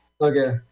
Okay